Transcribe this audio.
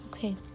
Okay